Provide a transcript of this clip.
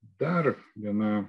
dar viena